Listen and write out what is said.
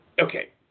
Okay